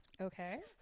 Okay